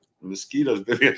mosquitoes